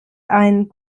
ein